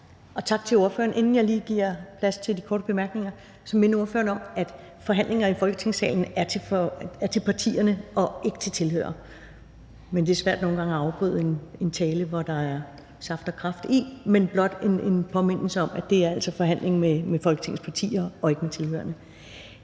Tak til ordføreren. Inden jeg lige giver plads til korte bemærkninger, vil jeg minde ordføreren om, at forhandlinger i Folketingssalen er med partierne og ikke med tilhørerne. Men det er svært nogle gange at afbryde en tale, hvor der er saft og kraft i. Men det er blot en påmindelse om, at det altså er forhandling med Folketingets partier og ikke med tilhørerne.